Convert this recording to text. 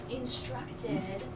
instructed